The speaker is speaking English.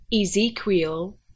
Ezekiel